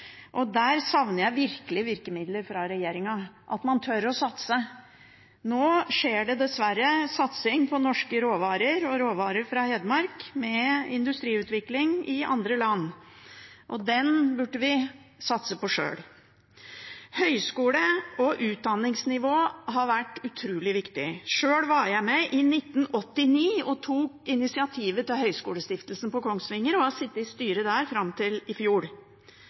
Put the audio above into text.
Der savner jeg virkelig virkemidler fra regjeringen, at man tør å satse. Nå skjer det dessverre en satsing på norske råvarer og råvarer fra Hedmark med industriutvikling i andre land. Den burde vi satse på sjøl. Høyskolen og utdanningsnivå har vært utrolig viktig. Sjøl var jeg med i 1989 og tok initiativ til Høgskolestiftelsen i Kongsvinger, og jeg har sittet i styret der fram til i fjor.